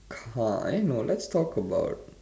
car eh no let's talk about